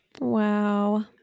wow